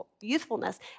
youthfulness